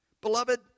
beloved